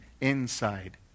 inside